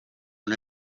non